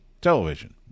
television